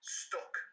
stuck